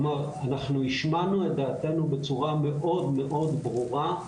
כלומר אנחנו השמענו את דעתנו בצורה מאוד מאוד ברורה,